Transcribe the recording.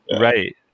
Right